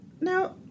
Now